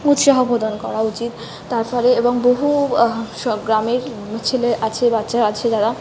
উৎসাহ প্রদান করা উচিত তার ফলে এবং বহু সব গ্রামের ছেলে আছে বাচ্চারা আছে যারা